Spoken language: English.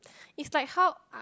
it's like how